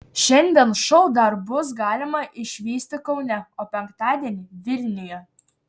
šiandien šou dar bus galima išvysti kaune o penktadienį vilniuje